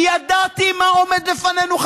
כי ידעתי מה עומד לפנינו,